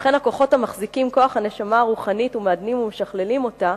וכן הכוחות המחזיקים כוח הנשמה הרוחנית ומעדנים ומשכללים אותה"